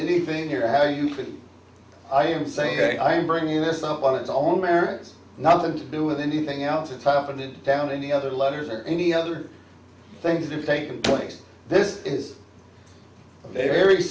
anything here how you could i am saying i'm bringing this up on its own merits nothing to do with anything else it's happened in down any other letters or any other things you've taken place this is a very